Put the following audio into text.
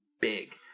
big